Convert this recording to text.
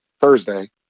Thursday